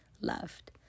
loved